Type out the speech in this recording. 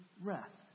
rest